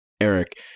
Eric